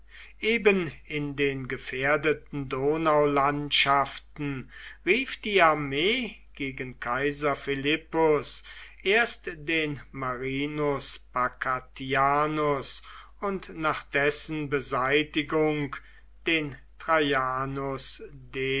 eben in den gefährdeten donaulandschaften rief die armee gegen kaiser philippus erst den marinus pacatianus und nach dessen beseitigung den traianus